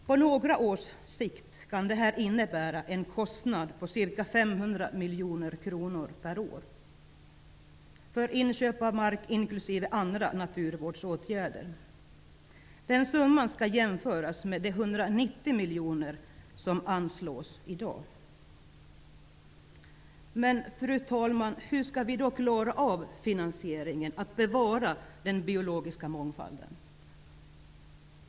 På några års sikt kan detta innebära en kostnad för inköp av mark inklusive andra naturvårdsåtgärder i gammal skog på ca 500 miljoner kronor per år. Den summan skall jämföras med de 190 miljoner kronor som anslås i dag. Fru talman! Hur skall vi då klara av finansieringen när det gäller att bevara den biologiska mångfalden?